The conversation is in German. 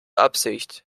absicht